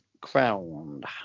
crowned